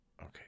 Okay